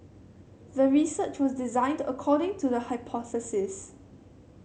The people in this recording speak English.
the research was designed according to the hypothesis